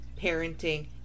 parenting